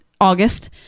August